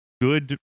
good